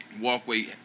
walkway